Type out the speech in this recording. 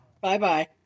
Bye-bye